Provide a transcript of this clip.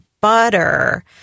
butter